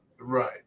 Right